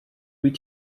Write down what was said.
wyt